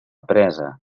presa